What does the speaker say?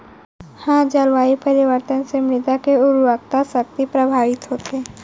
का जलवायु परिवर्तन से मृदा के उर्वरकता शक्ति प्रभावित होथे?